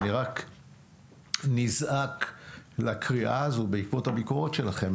אני רק נזעק לקריאה הזו בעקבות הביקורת שלכם,